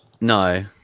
No